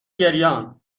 گریانخیلی